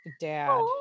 dad